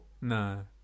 No